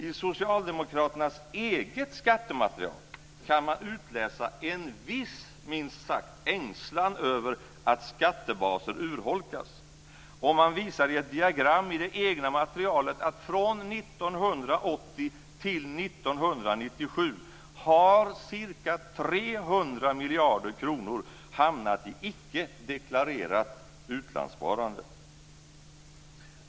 I Socialdemokraternas eget skattematerial kan man utläsa en viss ängslan över att skattebaser urholkas. Man visar i ett diagram i det egna materialet att från 1980 till 1997 har ca 300 miljarder kronor hamnat i icke deklarerat utlandssparande.